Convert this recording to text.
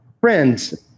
friends